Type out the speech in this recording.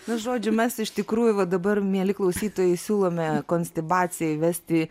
na žodžiu mes iš tikrųjų vat dabar mieli klausytojai siūlome konstituciją įvesti